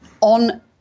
on